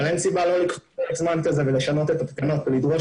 אבל אין סיבה לא לשנות את התקנות ולדרוש